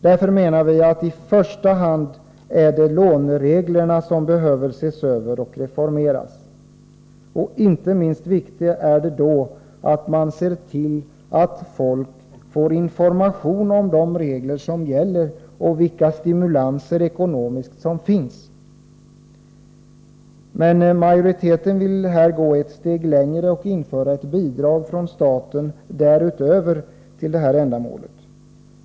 Därför menar vi att det i första hand är lånereglerna som behöver ses över och reformeras. Inte minst viktigt är det då att man ser till att folk får information om de regler som gäller och om vilka stimulanser ekonomiskt som finns. Men majoriteten vill gå ett steg längre och införa ett bidrag från staten därutöver till det här ändamålet.